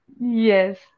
Yes